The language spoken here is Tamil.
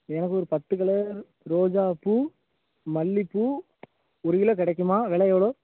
எனக்கு ஒரு பத்து கிலோ ரோஜாப்பூ மல்லிப்பூ ஒரு கிலோ கிடைக்குமா வில எவ்வளோ